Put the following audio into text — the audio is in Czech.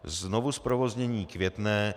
Znovuzprovoznění Květné.